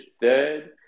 third